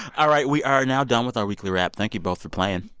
all right. we are now done with our weekly wrap. thank you both for playing.